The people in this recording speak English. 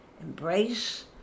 embrace